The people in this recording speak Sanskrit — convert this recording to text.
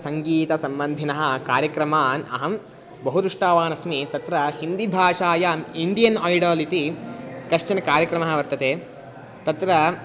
सङ्गीतसम्बन्धिनः कार्यक्रमान् अहं बहु दृष्टावान् अस्मि तत्र हिन्दीभाषायाम् इण्डियन् आय्डाल् इति कश्चन कार्यक्रमः वर्तते तत्र